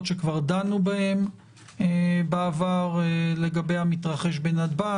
שכבר דנו בהן בעבר לגבי המתרחש בנתב"ג.